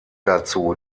dazu